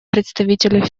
представителю